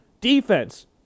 Defense